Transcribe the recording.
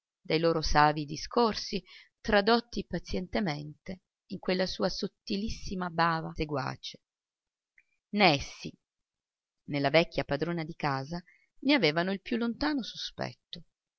dai loro savii discorsi tradotti pazientemente in quella sua sottilissima bava seguace né essi né la vecchia padrona di casa ne avevano il più lontano sospetto